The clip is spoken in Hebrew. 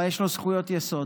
אבל יש לו זכויות יסוד.